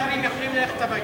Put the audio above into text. אלה שממהרים יכולים ללכת הביתה,